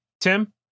Tim